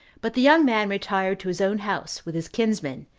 but the young man retired to his own house, with his kinsmen,